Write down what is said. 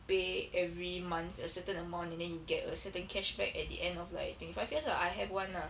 pay every month a certain amount and then you get a certain cashback at the end of like twenty five years ah I have [one] lah